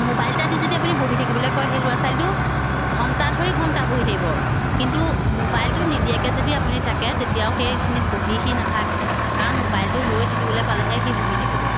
mobile এটা দি যদি আপুনি বহি থাকিবলৈ কয় সেই ল'ৰা ছোৱালীটো ঘণ্টা ধৰি ঘণ্টা বহি থাকিব কিন্তু মোবাইলটো নিদিয়াকৈ যদি আপুনি থাকে তেতিয়াও সেইখিনিত বহি সি নাথাকে কাৰণ মোবাইলটো লৈ থাকিবলৈ পালেহে সি বহি থাকিব